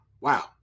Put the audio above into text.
Wow